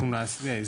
אנחנו נעשה.